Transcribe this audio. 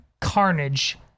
carnage